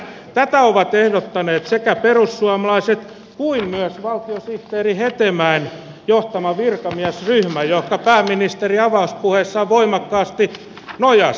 tätä ovat ehdottaneet niin perussuomalaiset kuin myös valtiosihteeri hetemäen johtama virkamiesryhmä johon pääministeri avauspuheessaan voimakkaasti nojasi